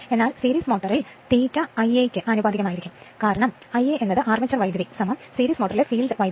എന്നാൽ പരമ്പരയിൽ motor I Ia യ്ക്ക് ആനുപാതികമാണ് കാരണം Ia ഒന്നുമല്ല എന്നാൽ അർമേച്ചർ കറന്റ് സീരീസ് മോട്ടോറിലെ ഫീൽഡ് കറന്റ്